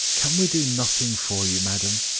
can we do nothing for you, madam?